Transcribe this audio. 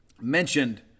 mentioned